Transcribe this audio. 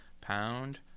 pound